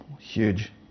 Huge